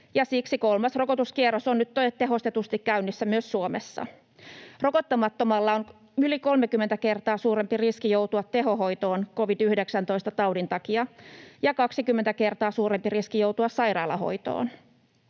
Siksi kolmas rokotuskierros on nyt tehostetusti käynnissä myös Suomessa. Rokottamattomalla on yli 30 kertaa suurempi riski joutua tehohoitoon covid-19-taudin takia ja 20 kertaa suurempi riski joutua sairaalahoitoon.